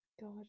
God